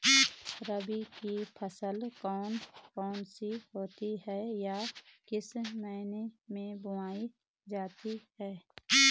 रबी की फसल कौन कौन सी होती हैं या किस महीने में बोई जाती हैं?